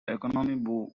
economy